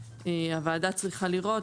שהוועדה צריכה לראות.